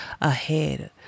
ahead